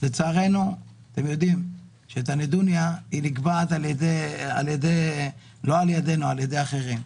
לצערנו אתם יודעים שהנדוניה נקבעת על ידי אחרים ולא על ידינו.